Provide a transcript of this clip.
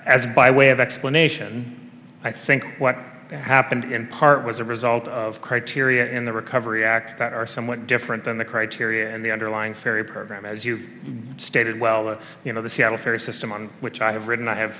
as by way of explanation i think what happened in part was a result of criteria in the recovery act that are somewhat different than the criteria and the underlying scary program as you've stated well you know the seattle ferry system on which i have written i have